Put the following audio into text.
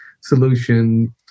solution